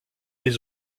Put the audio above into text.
des